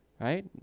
right